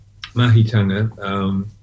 Mahitanga